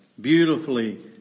Beautifully